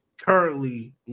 currently